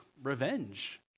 revenge